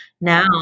now